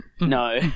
No